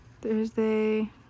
Thursday